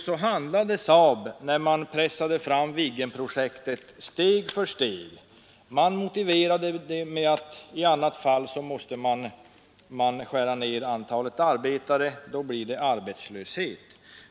Så gjorde t.ex. SAAB när Viggenprojektet pressades fram steg för steg. Man motiverade det med att i annat fall måste man skära ner antalet arbetare, och då blir det arbetslöshet.